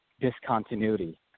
discontinuity